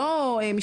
לא באים להחליף,